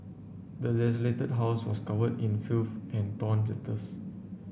the desolated house was covered in filth and torn letters